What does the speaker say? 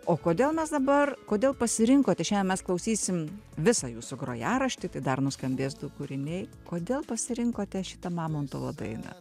o kodėl mes dabar kodėl pasirinkote šiandien mes klausysim visą jūsų grojaraštį tai dar nuskambės du kūriniai kodėl pasirinkote šitą mamontovo dainą